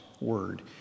Word